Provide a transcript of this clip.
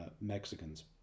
Mexicans